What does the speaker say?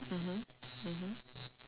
mmhmm mmhmm